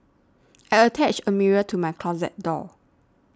I attached a mirror to my closet door